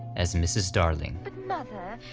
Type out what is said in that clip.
as mrs darling. but mother,